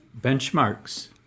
benchmarks